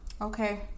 okay